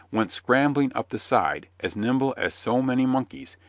went scrambling up the side, as nimble as so many monkeys,